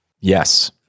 Yes